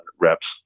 reps